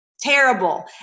terrible